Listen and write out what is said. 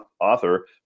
author